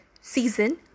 season